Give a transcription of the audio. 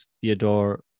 Theodore